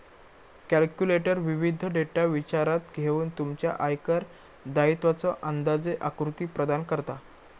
calculator विविध data विचारात घेऊन तुमच्या आयकर दायित्वाचो अंदाजे आकृती प्रदान करता